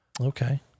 Okay